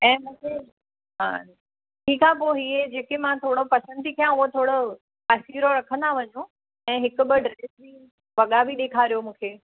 ऐं मूंखे हा ठीकु आहे पोइ इहे जेके मां थोरो पसंदि थी कयां उहो थोरो पासिरो रखंदा वञो ऐं हिकु ॿ ड्रैस जा वॻा बि ॾेखारियो मूंखे